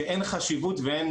שאין חשיבות ואין